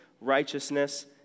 righteousness